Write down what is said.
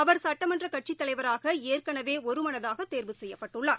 அவர் சட்டமன்றகட்சித் தலைவராகஏற்கனவேஒருமனதாகதேர்வு செய்யப்பட்டுள்ளார்